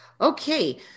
Okay